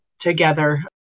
together